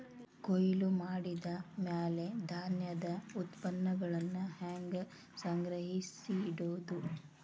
ಕೊಯ್ಲು ಮಾಡಿದ ಮ್ಯಾಲೆ ಧಾನ್ಯದ ಉತ್ಪನ್ನಗಳನ್ನ ಹ್ಯಾಂಗ್ ಸಂಗ್ರಹಿಸಿಡೋದು?